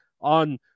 on